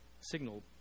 Signal